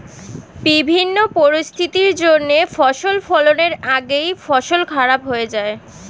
বিভিন্ন পরিস্থিতির জন্যে শস্য ফলনের আগেই ফসল খারাপ হয়ে যায়